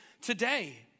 today